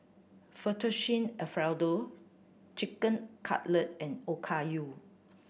Fettuccine Alfredo Chicken Cutlet and Okayu